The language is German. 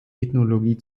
ethnologie